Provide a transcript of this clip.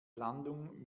landung